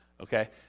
Okay